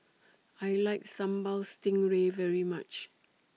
I like Sambal Stingray very much